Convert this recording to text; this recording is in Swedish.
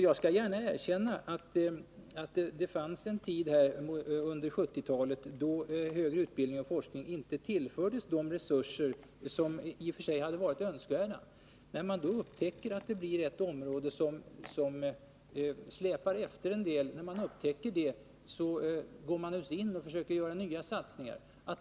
Jag skall gärna erkänna att det fanns en tid under 1970-talet då högre utbildning och forskning inte tillfördes de resurser som i och för sig hade varit önskvärda. När man upptäcker att ett område släpar efter, går man naturligtvis in och försöker göra nya satsningar.